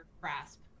grasp